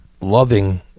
loving